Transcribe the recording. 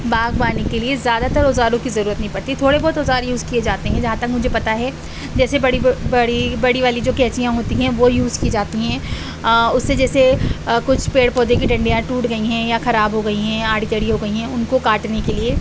باغبانی کے لیے زیادہ تر اوزاروں کی ضرورت نہیں پڑتی تھوڑے بہت اوزار یوز کیے جاتے ہیں جہاں تک مجھے پتا ہے جیسے بڑی بڑی والی جو قینچیاں ہوتی ہیں وہ یوز کی جاتی ہیں اس سے جیسے کچھ پیڑ پودے کی ڈنڈیاں ٹوٹ گئی ہیں یا خراب ہو گئی ہیں یا آڑی ٹیڑھی ہو گئی ہیں ان کو کاٹنے کے لیے